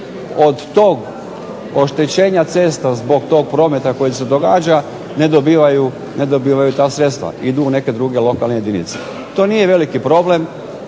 od tog oštećenja cesta zbog tog prometa koji se događa ne dobivaju ta sredstva, idu u neke druge lokalne jedinice. To nije veliki problem,